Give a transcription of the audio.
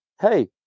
hey